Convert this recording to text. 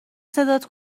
صدات